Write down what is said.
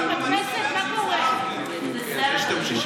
אנחנו 64,